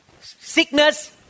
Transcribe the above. sickness